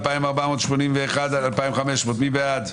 רוויזיה על הסתייגויות 2420-2401, מי בעד?